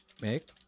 make